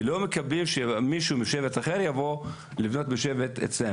ולא מקבלים שמישהו משבט אחר יבוא לבנות אצלנו.